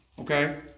Okay